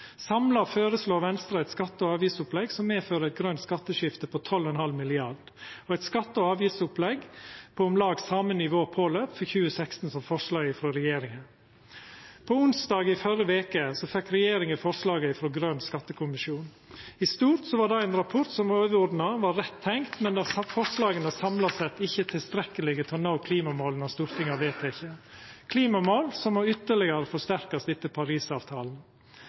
Samla føreslår Venstre eit skatte- og avgiftsopplegg som medfører eit grønt skatteskifte på 12,5 mrd. kr, og eit skatte- og avgiftsopplegg på om lag det same nivået påløpt for 2016 som forslaget frå regjeringa. På onsdag i førre veke fekk regjeringa forslaga frå Grøn skattekommisjon. I stort var det ein rapport som overordna var rett tenkt, men der forslaga samla sett ikkje er tilstrekkelege til å nå dei klimamåla Stortinget har vedteke, klimamål som må ytterlegare forsterkast